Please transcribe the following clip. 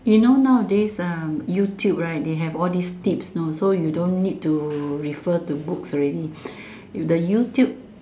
you know nowadays uh YouTube right they have all this tips you know so you don't need to refer to books already you the YouTube